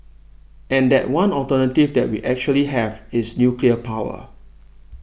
and that one alternative that we actually have is nuclear power